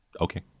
Okay